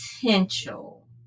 potential